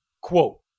Quote